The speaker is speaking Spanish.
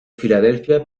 filadelfia